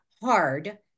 hard